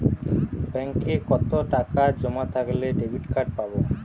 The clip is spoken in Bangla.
ব্যাঙ্কে কতটাকা জমা থাকলে ডেবিটকার্ড পাব?